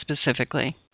specifically